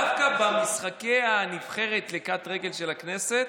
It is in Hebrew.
דווקא במשחקי הנבחרת לקטרגל של הכנסת